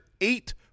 eight